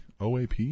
OAP